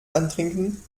antrinken